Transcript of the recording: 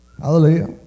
Hallelujah